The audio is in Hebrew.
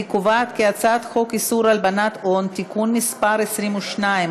אני קובעת כי הצעת חוק איסור הלבנת הון (תיקון מס' 22),